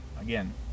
again